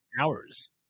hours